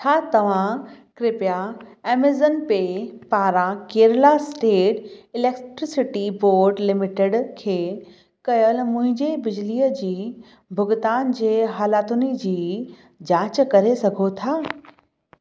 छा तव्हां कृपया एमेज़न पे पारां Kerala state electricity board limited खे कयल मुंहिंजे बिजलीअ जी भुगतान जे हालातुनि जी जांच करे सघो था